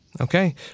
Okay